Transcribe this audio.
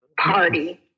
party